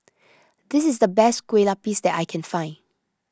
this is the best Kueh Lupis that I can find